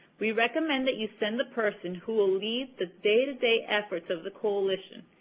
we recommend that you send the person who will lead the day-to-day efforts of the coalition,